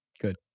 Good